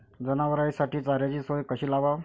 जनावराइसाठी चाऱ्याची सोय कशी लावाव?